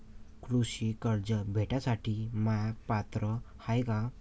कृषी कर्ज भेटासाठी म्या पात्र हाय का?